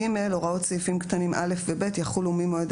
(ג) הוראות סעיפים קטנים (א) ו-(ב) יחולו ממועד